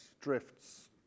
drifts